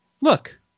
look